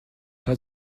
pas